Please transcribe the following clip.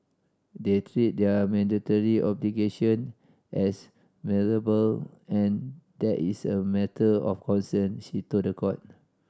they treat their mandatory obligation as malleable and that is a matter of concern she told the court